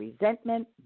resentment